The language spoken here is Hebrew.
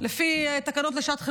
לפי תקנות לשעת חירום,